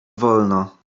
wolno